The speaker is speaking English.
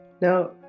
Now